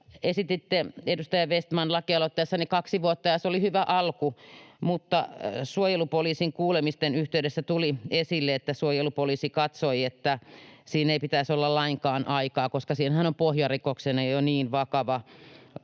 Edustaja Vestman, esititte lakialoitteessanne kahta vuotta, ja se oli hyvä alku, mutta suojelupoliisin kuulemisen yhteydessä tuli esille muuta. — Suojelupoliisi katsoi, että siinä ei pitäisi olla lainkaan aikaa, koska siinähän on pohjarikoksena jo niin vakava rikos,